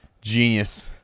genius